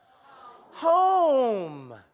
home